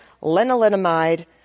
lenalidomide